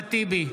אחמד טיבי,